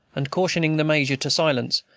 and, cautioning the major to silence,